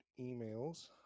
emails